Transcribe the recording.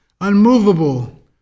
unmovable